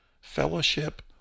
fellowship